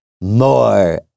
more